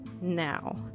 now